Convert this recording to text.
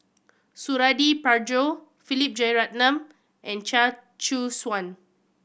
Suradi Parjo Philip Jeyaretnam and Chia Choo Suan